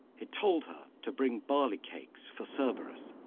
it told her to bring barley cakes for so cerberus,